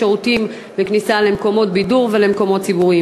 בשירותים ובכניסה למקומות בידור ומקומות ציבוריים.